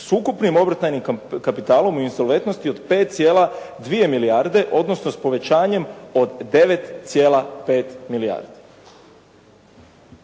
s ukupnim obrtajnim kapitalom u insolventnosti od 5,2 milijarde odnosno s povećanjem od 9,5 milijardi.